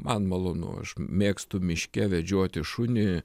man malonu aš mėgstu miške vedžioti šunį